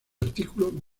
artículo